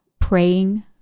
praying